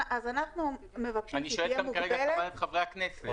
אני שואל כמובן גם את חברי הכנסת.